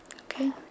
Okay